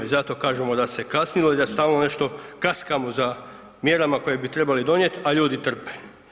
I zato kažemo da se kasnilo i da stalno nešto kaskamo za mjerama koje bi trebali donijet, a ljudi trpe.